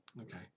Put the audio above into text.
Okay